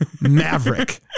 maverick